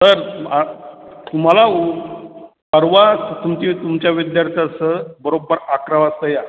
sir आ तुम्हाला उ परवा तुमची तुमच्या विद्यार्थ्यासह बरोबर अकरा वाजता या